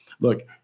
look